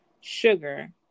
sugar